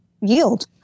yield